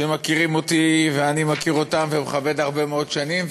שמכירים אותי ואני מכיר אותם ומכבד הרבה מאוד שנים,